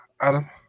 Adam